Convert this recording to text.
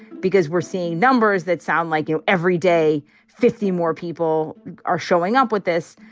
because we're seeing numbers that sound like, you know, every day fifty more people are showing up with this.